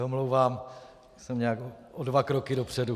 Omlouvám se, jsem nějak o dva kroky dopředu.